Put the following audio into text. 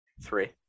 Three